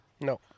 No